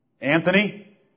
Anthony